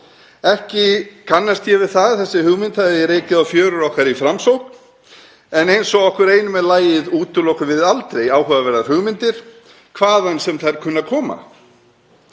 Ekki kannast ég við það að þessa hugmynd hafi rekið á fjörur okkar í Framsókn en eins og okkur einum er lagið útilokum við aldrei áhugaverðar hugmyndir hvaðan sem þær kunna að